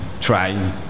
try